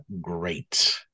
great